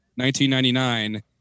1999